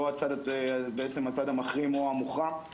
לא הצד המחרים הוא המוחרם.